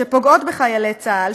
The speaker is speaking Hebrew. שפוגעות בחיילי צה"ל,